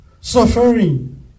suffering